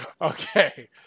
Okay